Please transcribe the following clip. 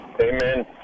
Amen